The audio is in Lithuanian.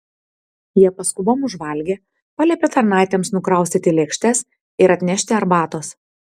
jie paskubom užvalgė paliepė tarnaitėms nukraustyti lėkštes ir atnešti arbatos